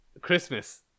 Christmas